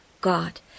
God